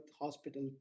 hospital